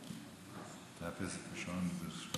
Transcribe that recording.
תאפס את השעון בבקשה.